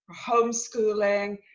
homeschooling